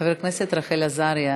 חברת הכנסת רחל עזריה,